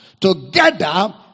Together